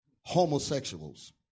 homosexuals